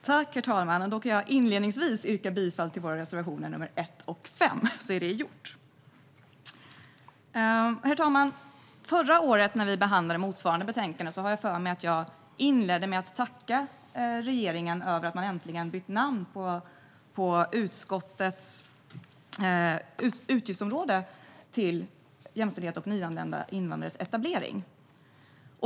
Herr talman! Jag vill inledningsvis yrka bifall till våra reservationer 1 och 5, så är det gjort. Herr talman! När vi behandlade motsvarande betänkande förra året har jag för mig att jag inledde med att tacka regeringen för att man äntligen bytt namn på utskottets utgiftsområde till Jämställdhet och nyanlända invandrares etablering.